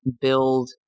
build